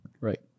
Right